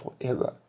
forever